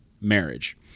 marriage